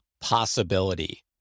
possibility